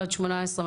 18+